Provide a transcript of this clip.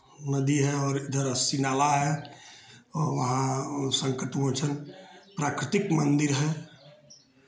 नदी है और इधर अस्सी नाला है और वहाँ संकटमोचन प्राकृतिक मंदिर है